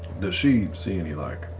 she see any, like,